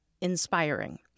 inspiring